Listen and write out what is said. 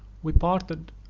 we parted,